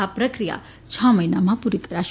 આ પ્રક્રિયા છ મહિનામાં પૂરી કરાશે